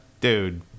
Dude